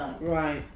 right